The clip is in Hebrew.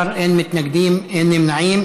בעד, 13, אין מתנגדים, אין נמנעים.